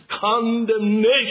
condemnation